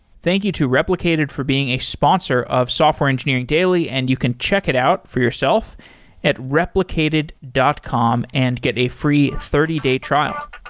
thank you to replicated for being a sponsor of software engineering daily, and you can check it out for yourself at replicated dot com and get a free thirty day trial